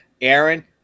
Aaron